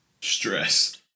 Stress